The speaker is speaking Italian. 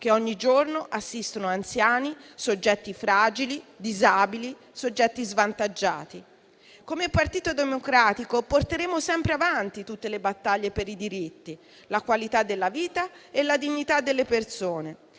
che ogni giorno assistono anziani, soggetti fragili, disabili, soggetti svantaggiati. Come Partito Democratico, porteremo sempre avanti tutte le battaglie per i diritti, la qualità della vita e la dignità delle persone.